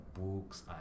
books